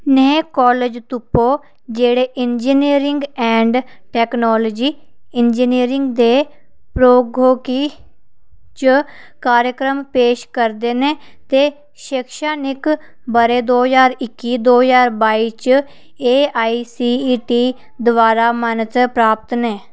नेह् कालज तुप्पो जेह्ड़े इंजीनियरिंग ऐंड टैक्नालोजी इंजीनियरिंग ते प्रौद्योगिकी च कार्यक्रम पेश करदे न ते शैक्षणिक ब'रे दो ज्हार इक्की दो ज्हार बाई च एआईसीटीई द्वारा मानता प्राप्त न